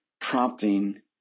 prompting